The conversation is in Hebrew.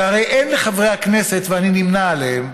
שהרי אין לחברי הכנסת, ואני נמנה עימם,